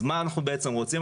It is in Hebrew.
אז מה בעצם רוצים?